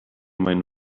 mein